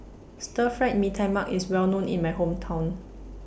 Stir Fried Mee Tai Mak IS Well known in My Hometown